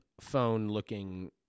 phone-looking